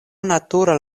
natura